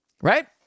Right